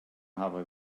hawwe